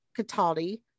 Cataldi